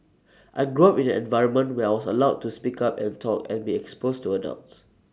I grew up in an environment where I was allowed to speak up and talk and be exposed to adults